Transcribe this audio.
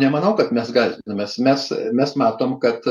nemanau kad mes gąsdinames mes mes matom kad